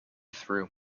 through